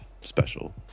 special